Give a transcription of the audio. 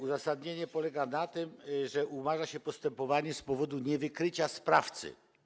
Uzasadnienie polega na tym, że umarza się postępowanie z powodu niewykrycia sprawcy.